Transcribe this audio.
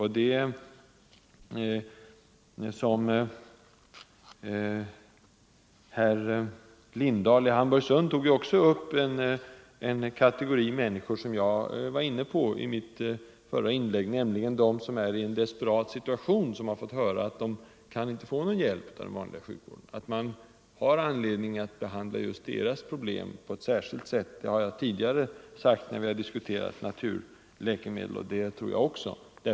Herr Lindahl i Hamburgsund tog också upp en kategori människor som jag berörde i mitt förra inlägg, nämligen de som är i en desperat situation, som har fått höra att de inte kan få någon hjälp av den vanliga sjukvården. Han sade att man har anledning att behandla deras problem på ett särskilt sätt, och det har jag också framhållit när vi tidigare diskuterat naturläkemedel.